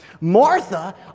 Martha